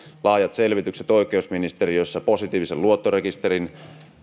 laajat selvitykset oikeusministeriössä positiivisen luottorekisterin